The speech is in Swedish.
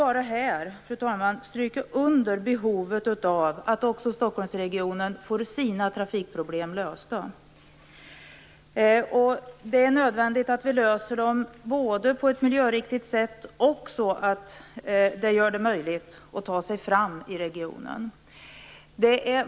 Jag vill bara stryka under behovet av att också Stockholmsregionen får sina trafikproblem lösta. Det är nödvändigt att vi löser problemen på ett miljöriktigt sätt och på ett sätt som gör det möjligt för människor att ta sig fram i regionen.